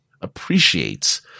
appreciates